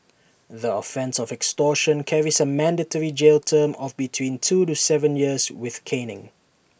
the offence of extortion carries A mandatory jail term of between two to Seven years with caning